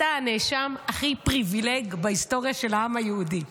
אתה הנאשם הכי פריבילג בהיסטוריה של העם היהודי,